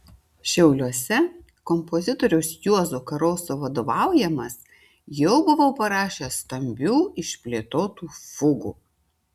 šiauliuose kompozitoriaus juozo karoso vadovaujamas jau buvau parašęs stambių išplėtotų fugų